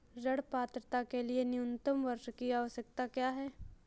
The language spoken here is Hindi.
ऋण पात्रता के लिए न्यूनतम वर्ष की आवश्यकता क्या है?